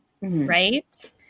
right